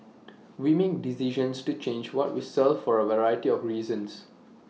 we make decisions to change what we sell for A variety of reasons